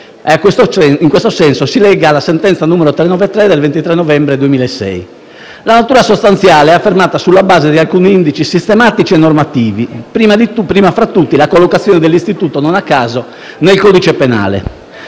in quanto si lega alla sentenza n. 393 del 23 novembre 2006. La natura sostanziale è affermata sulla base di alcuni indici sistematici e normativi, prima fra tutti la collocazione dell'istituto, non a caso, nel codice penale.